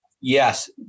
yes